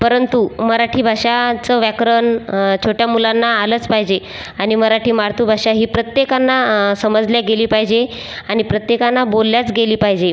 परंतु मराठी भाषांचं व्याकरन छोट्या मुलांना आलंच पायजे आनि मराठी मार्तूभाषा ही प्रत्येकांना समजल्या गेली पायजे आनि प्रत्येकांना बोलल्याच गेली पायजे